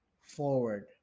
forward